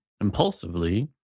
impulsively